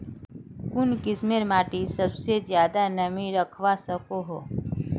कुन किस्मेर माटी सबसे ज्यादा नमी रखवा सको हो?